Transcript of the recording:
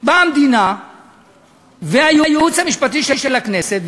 באה המדינה והייעוץ המשפטי של הכנסת,